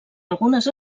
algunes